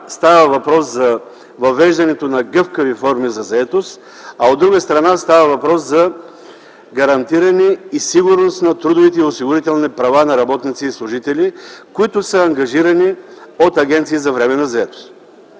става въпрос за въвеждането на гъвкави форми за заетост, а, от друга страна, става въпрос за гарантиране и сигурност на трудовите и осигурителните права на работниците и служителите, ангажирани от агенции за временна заетост.